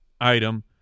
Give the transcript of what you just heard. item